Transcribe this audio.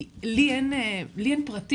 כי לא אין פרטים.